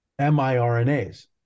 miRNAs